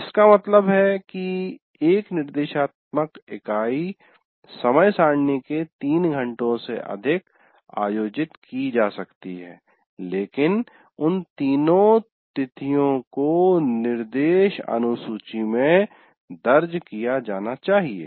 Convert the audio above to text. इसका मतलब है कि एक निर्देशात्मक इकाई समय सारिणी के 3 घंटों से अधिक आयोजित की जा सकती है लेकिन उन तीनो तिथियां को निर्देश अनुसूची में दर्ज किया जाना चहिये